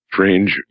Strange